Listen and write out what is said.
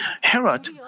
Herod